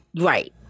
right